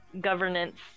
governance